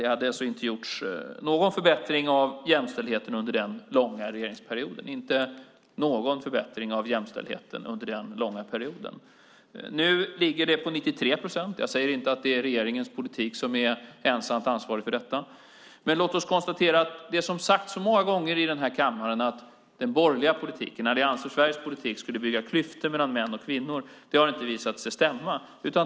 Det hade alltså inte gjorts någon förbättring av jämställdheten under den långa regeringsperioden. Nu ligger andelen på 93 procent. Jag säger inte att det är regeringens politik som är ensam ansvarig för detta. Men låt oss konstatera att det som sagts så många gånger i kammaren, att den borgerliga politiken, Allians för Sveriges politik, skulle bygga klyftor mellan män och kvinnor inte har visat sig stämma.